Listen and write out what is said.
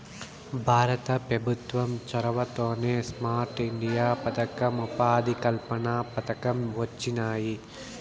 భారత పెభుత్వం చొరవతోనే స్మార్ట్ ఇండియా పదకం, ఉపాధి కల్పన పథకం వొచ్చినాయి